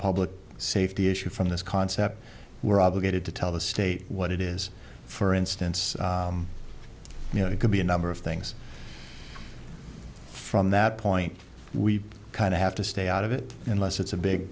public safety issue from this concept we're obligated to tell the state what it is for instance you know it could be a number of things from that point we kind of have to stay out of it unless it's a big